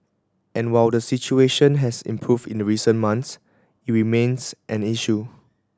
and while the situation has improved in the recent months it remains an issue